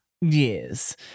Yes